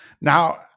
Now